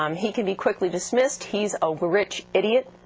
um he can be quickly dismissed he's a rich idiot.